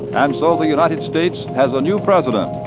and so the united states has a new president,